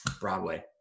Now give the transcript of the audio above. broadway